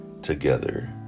together